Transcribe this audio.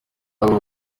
ahubwo